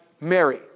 Mary